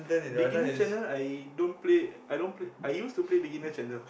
beginner channel I don't Play I don't Play I used to play beginner channel